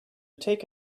take